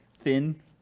Thin